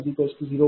30 MVAr0